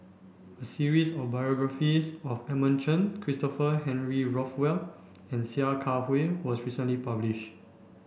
a series of biographies of Edmund Chen Christopher Henry Rothwell and Sia Kah Hui was recently publish